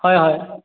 হয় হয়